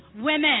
women